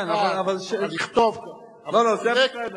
כן, אבל, אבל לכתוב, לא, זה בסדר.